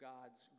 God's